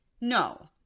No